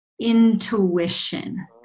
intuition